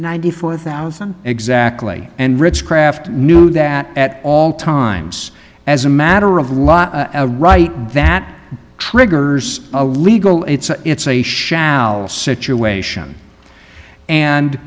ninety four thousand exactly and writs craft knew that at all times as a matter of law a right that triggers a legal it's a it's a shout situation and